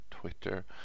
twitter